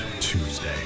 Tuesday